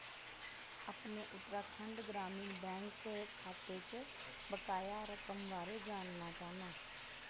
अपने उत्तराखंड ग्रामीण बैंक खाते च बकाया रकम बारै जानना चाह्न्नां